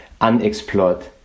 unexplored